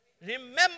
Remember